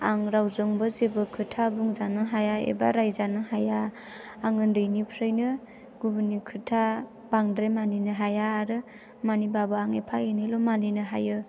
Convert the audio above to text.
आं रावजोंबो जेबो खोथा बुंजानो हाया एबा रायजानो हाया आं उन्दैनिफ्रायनो गुबुननि खोथा बांद्राय मानिनो हाया आरो मानिबाबो आं एफा एनैल' मानिनो हायो